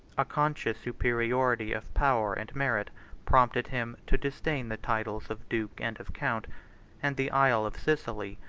a conscious superiority of power and merit prompted him to disdain the titles of duke and of count and the isle of sicily,